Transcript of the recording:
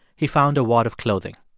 he found a wad of clothing.